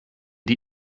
die